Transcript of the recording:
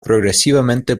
progresivamente